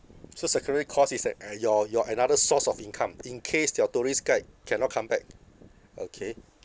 so secondary course is like uh your your another source of income in case your tourist guide cannot come back okay